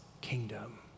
kingdom